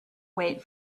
wait